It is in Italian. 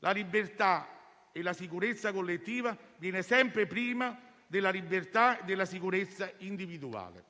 La libertà e la sicurezza collettiva vengono sempre prima della libertà e della sicurezza individuali.